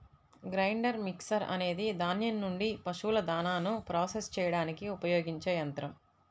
grinder mixer అనేది ధాన్యం నుండి పశువుల దాణాను ప్రాసెస్ చేయడానికి ఉపయోగించే యంత్రం